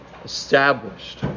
Established